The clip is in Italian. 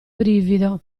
brivido